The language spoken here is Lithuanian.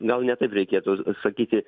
gal ne taip reikėtų sakyti